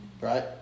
right